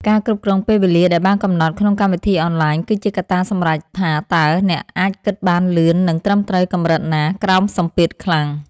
ការគ្រប់គ្រងពេលវេលាដែលបានកំណត់ក្នុងកម្មវិធីអនឡាញគឺជាកត្តាសម្រេចថាតើអ្នកអាចគិតបានលឿននិងត្រឹមត្រូវកម្រិតណាក្រោមសម្ពាធខ្លាំង។